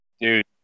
dude